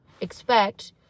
expect